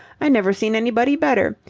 i never seen anybody better.